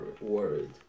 worried